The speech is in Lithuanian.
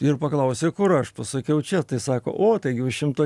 ir paklausė kur aš pasakiau čia tai sako o taigi už šimto